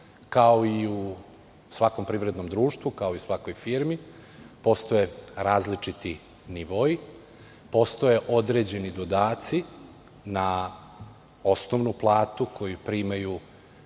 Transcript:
Kao i u svakom privrednom društvu i u svakoj firmi, postoje različiti nivoi. Postoje određeni dodaci na osnovnu platu koju primaju